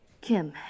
Kim